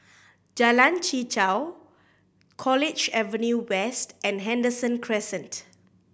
Jalan Chichau College Avenue West and Henderson Crescent